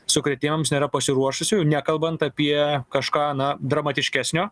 sukrėtimams nėra pasiruošusi jau nekalbant apie kažką na dramatiškesnio